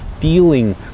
feeling